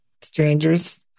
Strangers